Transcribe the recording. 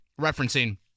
referencing